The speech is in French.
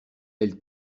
elle